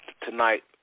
tonight